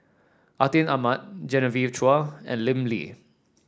Atin Amat Genevieve Chua and Lim Lee